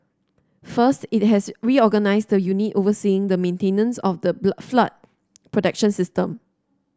first it has reorganised the unit overseeing the maintenance of the blood flood protection system